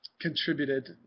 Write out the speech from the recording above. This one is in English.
contributed